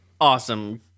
awesome